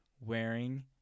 wearing